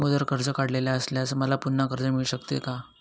अगोदर कर्ज काढलेले असल्यास मला पुन्हा कर्ज मिळू शकते का?